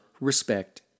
respect